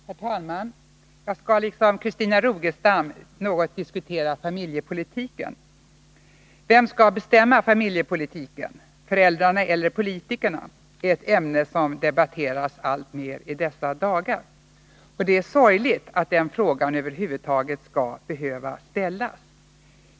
Herr talman! Jag skall liksom Christina Rogestam något diskutera familjepolitiken. Vem skall bestämma familjepolitiken — föräldrarna eller politikerna? är ett ämne som debatteras alltmer i dessa dagar. Det är sorgligt att frågan över huvud taget skall behöva ställas.